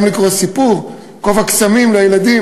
וגם לקרוא את הסיפור "כובע קסמים" לילדים.